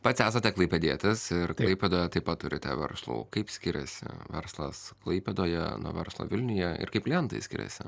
pats esate klaipėdietis ir klaipėdoje taip pat turite verslų kaip skiriasi verslas klaipėdoje nuo verslo vilniuje ir kaip klientai skiriasi